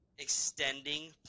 extending